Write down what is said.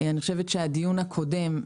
אני חושבת שהדיון הקודם,